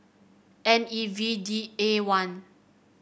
N E V D A one